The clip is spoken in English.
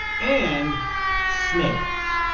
and snails.